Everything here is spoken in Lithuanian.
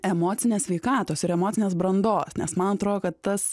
emocinės sveikatos ir emocinės brandos nes man atro kad tas